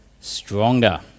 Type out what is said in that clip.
stronger